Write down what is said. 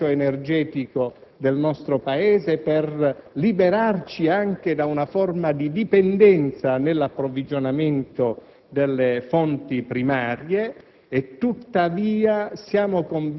per garantire il bilancio energetico del nostro Paese e per liberarci da una forma di dipendenza nell'approvvigionamento delle fonti primarie.